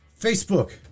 Facebook